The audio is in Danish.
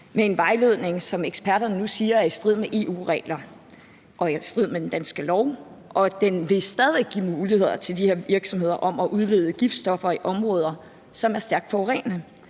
med en vejledning, som eksperterne nu siger er i strid med EU-reglerne og i strid med den danske lovgivning, og at den stadig væk vil give muligheder til de her virksomheder for at udlede giftstoffer i områder, hvor det er stærkt forurenende.